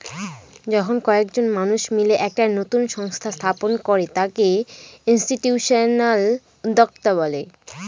যখন কয়েকজন মানুষ মিলে একটা নতুন সংস্থা স্থাপন করে তাকে ইনস্টিটিউশনাল উদ্যোক্তা বলে